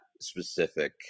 specific